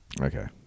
Okay